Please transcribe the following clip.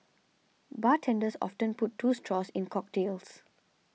bartenders often put two straws in cocktails